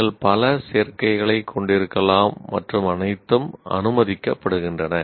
நீங்கள் பல சேர்க்கைகளைக் கொண்டிருக்கலாம் மற்றும் அனைத்தும் அனுமதிக்கப்படுகின்றன